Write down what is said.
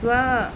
स्व